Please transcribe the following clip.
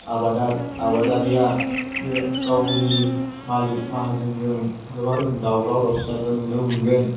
आबादारिया बे गावनि मालिक माहाजोनजों गोबां रोखोमनि दावराव दावसि जानायखौ नुनो मोनगोन